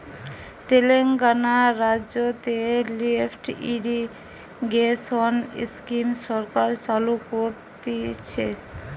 তেলেঙ্গানা রাজ্যতে lift irrigation scheme সরকার চালু করতিছে